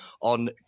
on